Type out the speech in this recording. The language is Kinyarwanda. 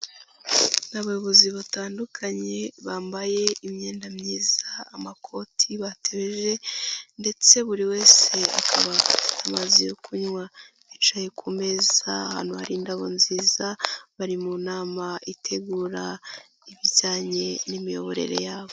Ni abayobozi batandukanye bambaye imyenda myiza, amakoti, bateje ndetse buri wese akaba amaze kunywa. Bicaye ku meza, ahantu hari indabo nziza, bari mu nama itegura ibijyanye n'imiyoborere yabo.